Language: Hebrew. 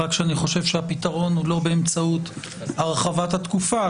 רק שאני חושב שהפתרון הוא לא באמצעות הרחבת התקופה,